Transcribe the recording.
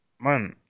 man